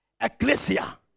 Ecclesia